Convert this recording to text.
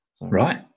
Right